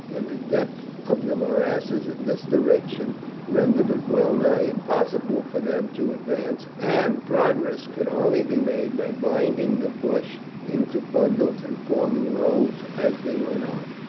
and the depth of the morasses in this direction rendered it well nigh impossible for them to advance, and progress could only be made by binding the bush into bundles and forming roads as they went on.